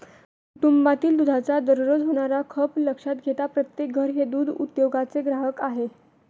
कुटुंबातील दुधाचा दररोज होणारा खप लक्षात घेता प्रत्येक घर हे दूध उद्योगाचे ग्राहक आहे